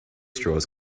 straws